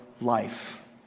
life